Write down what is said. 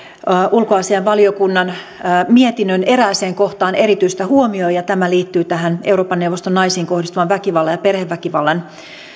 ulkoasiainvaliokunnan mietinnön erääseen kohtaan erityistä huomiota ja tämä liittyy tähän euroopan neuvoston naisiin kohdistuvan väkivallan ja perheväkivallan